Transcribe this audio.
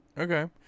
Okay